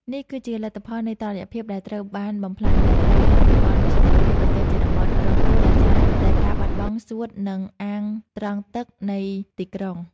នេះគឺជាលទ្ធផលនៃតុល្យភាពដែលត្រូវបានបំផ្លាញ ដែលប្រែក្លាយតំបន់សុវត្ថិភាពឱ្យទៅជាតំបន់រងគ្រោះដោយសារតែការបាត់បង់ សួត និង អាងត្រងទឹក នៃទីក្រុង។